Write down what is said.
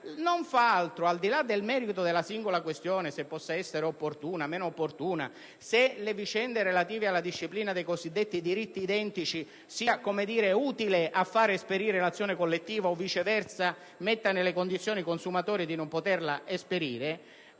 non fanno altro (al di là del merito della singola questione, se possa essere più o meno opportuna, se le vicende relative alla disciplina dei cosiddetti diritti identici sia utile a far esperire l'azione collettiva o, viceversa, metta i consumatori nelle condizioni di non poterla esperire)